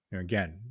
Again